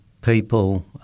people